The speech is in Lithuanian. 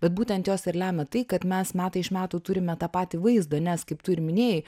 bet būtent jos ir lemia tai kad mes metai iš metų turime tą patį vaizdą nes kaip tu ir minėjai